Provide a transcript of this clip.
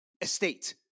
estate